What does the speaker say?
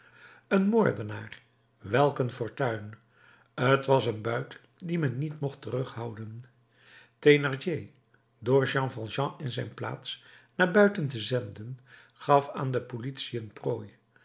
een moordenaar welk een fortuin t was een buit die men niet mocht terughouden thénardier door jean valjean in zijn plaats naar buiten te zenden gaf aan de politie een prooi